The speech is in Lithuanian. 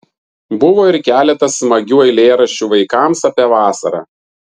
buvo ir keletas smagių eilėraščių vaikams apie vasarą